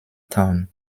town